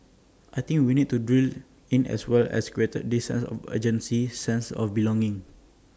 I think we need to drill in as well as create this sense of urgency sense of belonging